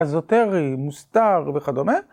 אזוטרי, מוסתר וכדומה.